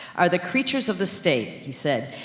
are the creatures of the state, he said,